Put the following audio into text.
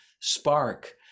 spark